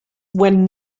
when